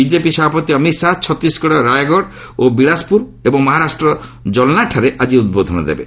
BJP ସଭାପତି ଅମିତ ଶାହା ଛତିଶଗଡର ରାୟଗଡ ଓ ବିଳାସପୁର ଏବଂ ମହାରାଷ୍ଟ୍ରର ଜଲନାଠାରେ ଆଜି ଉଦ୍ବୋଧନ ଦେବେ